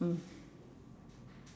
mm